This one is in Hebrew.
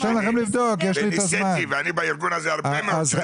אני בארגוןה זה הרבה מאוד שנים.